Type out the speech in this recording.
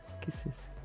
Kisses